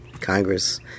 Congress